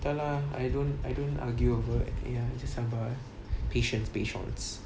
entah lah I don't I don't argue over !aiya! just sabar patience patience